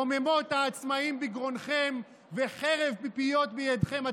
רוממות העצמאים בגרונכם וחרב פיפיות בידיכם.